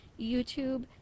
YouTube